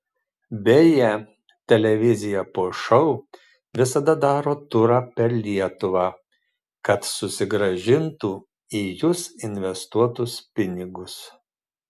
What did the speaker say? beje televizija po šou visada daro turą per lietuvą kad susigrąžintų į jus investuotus pinigus